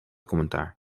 commentaar